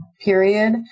period